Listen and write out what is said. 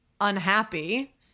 unhappy